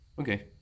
Okay